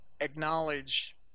acknowledge